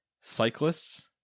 Cyclists